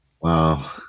Wow